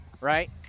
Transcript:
right